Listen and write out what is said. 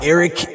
Eric